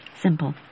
Simple